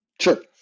Sure